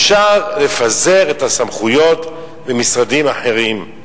אפשר לפזר את הסמכויות במשרדים אחרים.